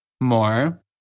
More